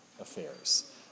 affairs